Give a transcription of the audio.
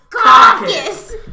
Caucus